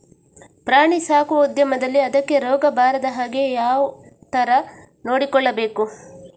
ಪ್ರಾಣಿ ಸಾಕುವ ಉದ್ಯಮದಲ್ಲಿ ಅದಕ್ಕೆ ರೋಗ ಬಾರದ ಹಾಗೆ ಹೇಗೆ ಯಾವ ತರ ನೋಡಿಕೊಳ್ಳಬೇಕು?